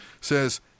says